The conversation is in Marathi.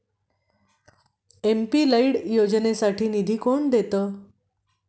एम.पी लैड योजनेसाठी निधी कोण देतं?